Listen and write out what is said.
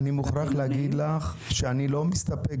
אני מוכרח לומר לך שאני לא מסתפק